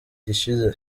gishize